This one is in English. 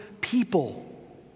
people